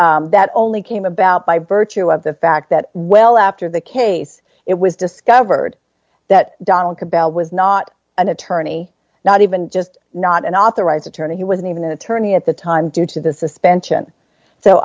that only came about by virtue of the fact that well after the case it was discovered that donald cabell was not an attorney not even just not an authorized attorney he wasn't even an attorney at the time due to the suspension so